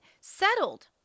settled